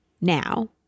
now